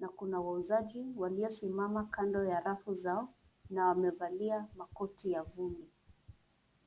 na kuna wauzaji waliosimama kando ya rafu zao na wamevalia makoti ya vumbi.